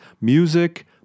music